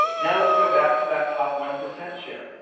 now, let's go back to that top one percent share.